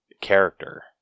character